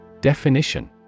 Definition